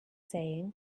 saying